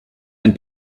and